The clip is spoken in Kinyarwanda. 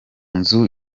nzu